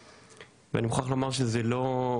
אני מוכרח לומר שזה לא,